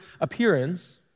appearance